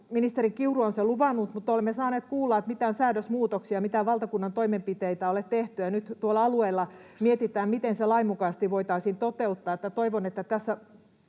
Ministeri Kiuru on sen luvannut, mutta olemme saaneet kuulla, että mitään säädösmuutoksia, mitään valtakunnan toimenpiteitä ei ole tehty, ja nyt tuolla alueilla mietitään, miten se lainmukaisesti voitaisiin toteuttaa. Toivon, että tässä